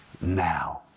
now